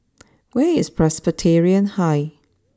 where is Presbyterian High